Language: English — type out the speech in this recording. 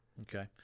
Okay